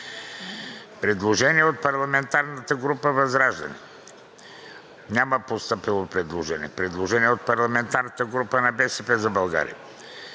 Предложение от парламентарната група на ВЪЗРАЖДАНЕ. Няма постъпило предложение. Предложение от парламентарната група на „БСП за България“: